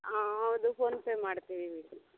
ಹಾಂ ಹೌದು ಫೋನ್ಪೇ ಮಾಡ್ತೀದಿವಿ